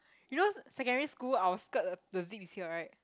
you know s~ secondary school our skirt th~ the zip is here right